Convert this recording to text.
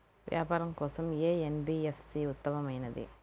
వ్యాపారం కోసం ఏ ఎన్.బీ.ఎఫ్.సి ఉత్తమమైనది?